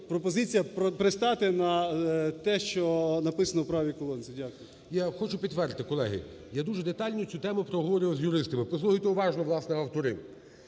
пропозиція пристати на те, що написано в правій колонці. Дякую. ГОЛОВУЮЧИЙ. Я хочу підтвердити, колеги. Я дуже детально цю тему проговорював з юристами. Послухайте уважно, будь ласка, автори.